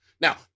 Now